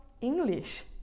English